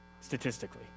statistically